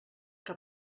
que